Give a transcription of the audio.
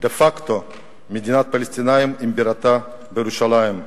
דה-פקטו מדינה פלסטינית שבירתה ירושלים,